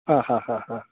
हा हा हा हा